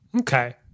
Okay